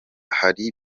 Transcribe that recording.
hari